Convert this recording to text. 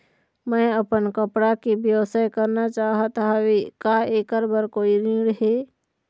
मैं अपन कपड़ा के व्यवसाय करना चाहत हावे का ऐकर बर कोई ऋण हे?